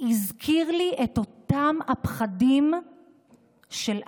הזכיר לי את אותם הפחדים של אז.